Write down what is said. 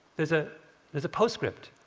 there's ah there's a postscript